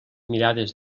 mirades